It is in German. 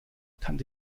tante